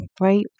right